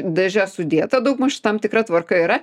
dėžes sudėta daugmaž tam tikra tvarka yra